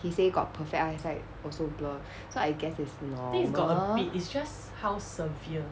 he say got perfect eyesight also blur so I guess it's normal